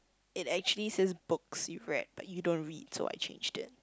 it actually says books you read but you don't read so I changed it